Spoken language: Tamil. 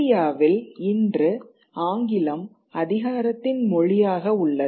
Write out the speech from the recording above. இந்தியாவில் இன்று ஆங்கிலம் அதிகாரத்தின் மொழியாக உள்ளது